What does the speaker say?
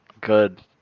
Good